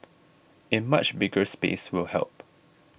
a much bigger space will help